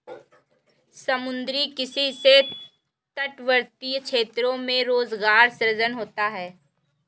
समुद्री किसी से तटवर्ती क्षेत्रों में रोजगार सृजन होता है